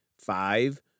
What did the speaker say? Five